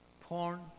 Porn